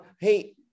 Hey